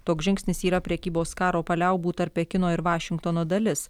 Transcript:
toks žingsnis yra prekybos karo paliaubų tarp pekino ir vašingtono dalis